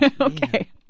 Okay